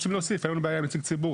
אין לנו בעיה עם נציג ציבור,